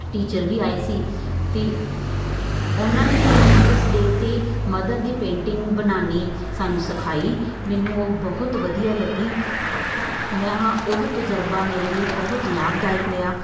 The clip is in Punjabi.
ਟੀਚਰ ਵੀ ਆਏ ਸੀ ਅਤੇ ਉਹਨਾਂ ਨੇ ਮੈਨੂੰ ਮਦਰਸ ਡੇਅ 'ਤੇ ਮਦਰ ਦੀ ਪੇਂਟਿੰਗ ਬਣਾਉਣੀ ਸਾਨੂੰ ਸਿਖਾਈ ਮੈਨੂੰ ਉਹ ਬਹੁਤ ਵਧੀਆ ਲੱਗੀ ਮੈਂ ਹਾਂ ਉਹ ਤਜ਼ਰਬਾ ਮੇਰੇ ਲਈ ਬਹੁਤ ਲਾਭਦਾਇਕ ਰਿਹਾ